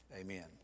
Amen